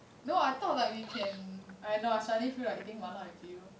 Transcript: no I thought like we can I know I suddenly feel like eating mala with you